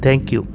thank you